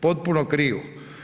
Potpuno krivo.